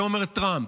את זה אומר טראמפ.